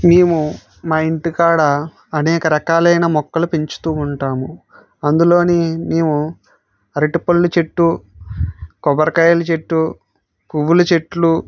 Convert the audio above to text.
మేము మా ఇంటి కాడ అనేక రకాలైన మొక్కలు పెంచుతు ఉంటాము అందులో మేము అరటిపళ్ళు చెట్టు కొబ్బరికాయల చెట్టు పువ్వుల చెట్లు